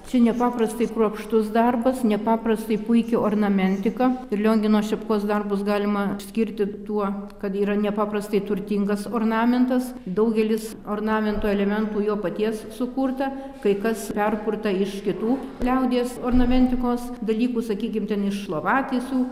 čia nepaprastai kruopštus darbas nepaprastai puiki ornamentika ir liongino šepkos darbus galima skirti tuo kad yra nepaprastai turtingas ornamentas daugelis ornamentų elementų jo paties sukurta kai kas perkurta iš kitų liaudies ornamentikos dalykų sakykim ten iš lovatiesių